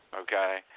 okay